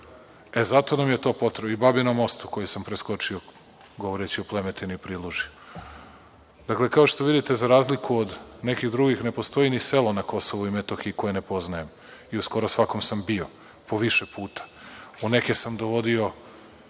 srpskom mestu, kao i Babinom Mostu koje sam preskočio govoreći o Plemetini i Prilužju. Dakle, kao što vidite, za razliku od nekih drugih, ne postoji ni selo na Kosovu i Metohiji koje ne poznajem i u skoro svakom sam bio po više puta. U neke sam dovodio,